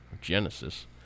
Genesis